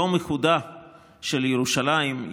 יום איחודה של ירושלים,